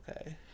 okay